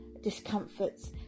discomforts